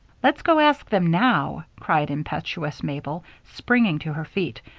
let's go ask them now, cried impetuous mabel, springing to her feet.